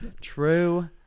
True